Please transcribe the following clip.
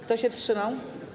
Kto się wstrzymał?